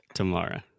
tomorrow